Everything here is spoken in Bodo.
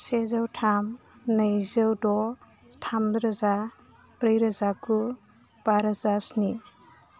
सेजौ थाम नैजौ द' थामरोजा ब्रैरोजा गु बारोजा स्नि